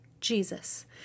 Jesus